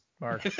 mark